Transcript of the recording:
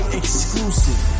exclusive